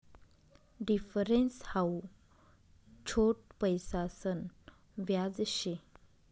difference हाऊ छोट पैसासन व्याज शे